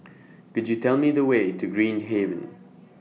Could YOU Tell Me The Way to Green Haven